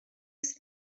sydd